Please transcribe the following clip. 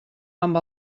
amb